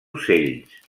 ocells